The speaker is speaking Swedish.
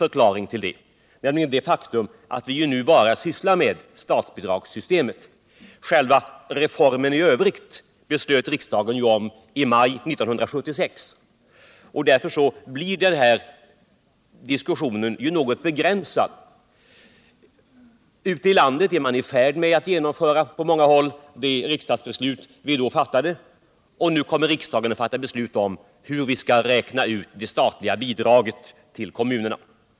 Förklaringen tull dot är enkel, nämligen att vi i dag bara behandlar statsbidragssystemet — själva reformen i övrigt fattade riksdagen beslut om i maj 1976. Därför blir den här diskussionen något begränsad. Ute It landet är man på många håll i färd med att genomföra det riksdagsbeslut vi då fattade. Nu kommer riksdagen att fatta beslut om hur vi skall beräkna det statliga bidraget ull kommunerna.